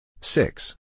Six